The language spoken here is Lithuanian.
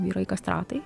vyrai kastratai